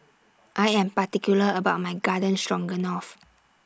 I Am particular about My Garden Stroganoff